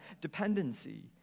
dependency